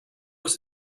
was